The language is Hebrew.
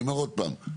אני אומר עוד פעם,